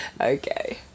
Okay